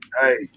Hey